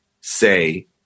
say